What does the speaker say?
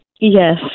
Yes